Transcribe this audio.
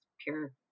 pure